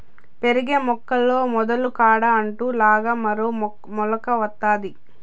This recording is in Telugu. పెరిగే మొక్కల్లో మొదలు కాడ అంటు లాగా మరో మొలక వత్తాది